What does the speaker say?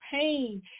pain